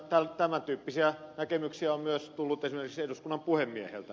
tämän tyyppisiä näkemyksiä on myös tullut esimerkiksi eduskunnan puhemieheltä